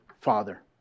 father